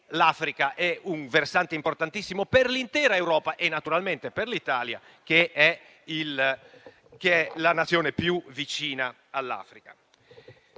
l'Africa è un versante importantissimo per l'intera Europa e naturalmente per l'Italia, che è la Nazione più vicina all'Africa.